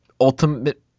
ultimate